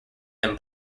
than